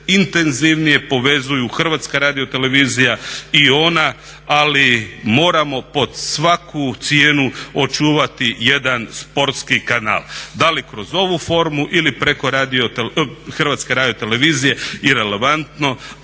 intenzivnije povezuju HRT i ona, ali moramo pod svaku cijenu očuvati jedan sportski kanal, da li kroz ovu formu ili preko HRT-a i relevantno,